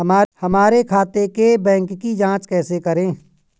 हमारे खाते के बैंक की जाँच कैसे करें?